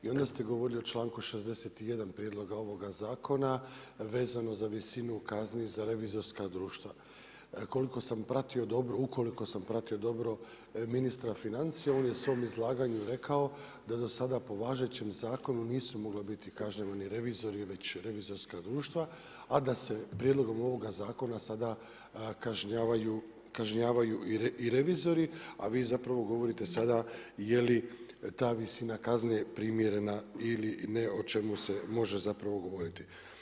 I onda ste govorili o članku 61. prijedloga ovoga zakona, vezano za visinu kazni za revizorska društva. koliko sam pratio dobro, ukoliko sam pratio dobro ministra financija on je u svom izlaganju rekao da dosada po važećim zakonu nisu mogla biti kažnjavani revizori već revizorska društva, a da se prijedlogom ovog zakona sada kažnjavaju i revizori, a vi zapravo govorite sada je li ta visina kazne primjerena ili ne. o čemu se može zapravo govoriti.